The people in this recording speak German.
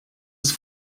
ist